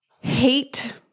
hate